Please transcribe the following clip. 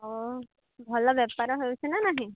ହଁ ଭଲ ବେପାର ହେଉଛିି ନା ନାହିଁ